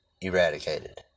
eradicated